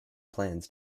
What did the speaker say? plans